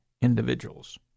individuals